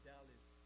Dallas